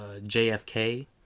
jfk